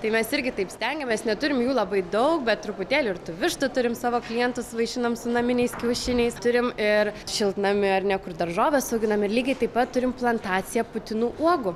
tai mes irgi taip stengiamės neturim jų labai daug bet truputėlį ir tų vištų turim savo klientus vaišinam su naminiais kiaušiniais turim ir šiltnamį ar ne kur daržoves auginam ir lygiai taip pat turim plantaciją putinų uogų